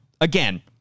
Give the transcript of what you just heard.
again